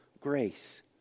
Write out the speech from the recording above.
grace